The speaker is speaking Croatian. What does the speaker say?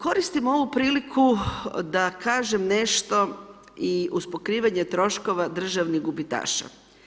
Koristim ovu priliku da kažem nešto i uz pokrivanje troškova državnih gubitaša.